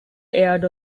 aired